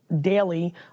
daily